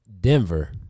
Denver